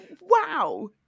Wow